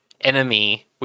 enemy